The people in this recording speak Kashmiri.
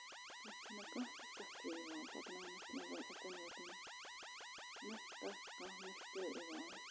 تَتھ چھَنہٕ کانٛہہ تہِ سَختی یِوان پَکناونَس منٛز اُکُن یکُن نہ چھِ تَتھ کانٛہہ مُشکِل یِوان